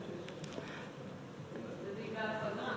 שר החקלאות,